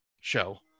show